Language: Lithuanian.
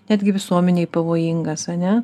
netgi visuomenei pavojingas ar ne